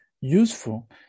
useful